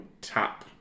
tap